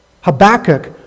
Habakkuk